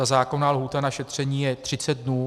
Zákonná lhůta na šetření je 30 dnů.